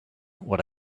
what